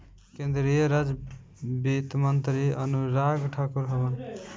केंद्रीय राज वित्त मंत्री अनुराग ठाकुर हवन